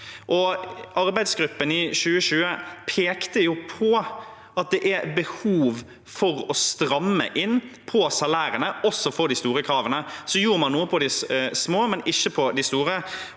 Arbeidsgruppen fra 2020 pekte på at det er behov for å stramme inn på salærene, også når det gjelder de store kravene. Så gjorde man noe med de små, men ikke med de store.